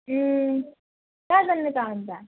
कहाँ जाने त अनि त